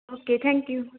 okay thank you